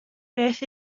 beth